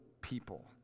people